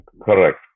Correct